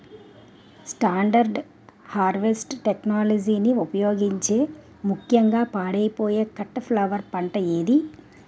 Standard harvest టెక్నాలజీని ఉపయోగించే ముక్యంగా పాడైపోయే కట్ ఫ్లవర్ పంట ఏది?